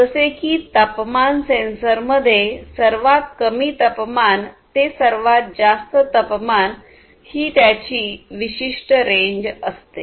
जसे की तापमान सेन्सर मध्ये सर्वात कमी तापमान ते सर्वात जास्त तपमान ही त्याची विशिष्ट रेंज असते